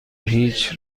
هیچ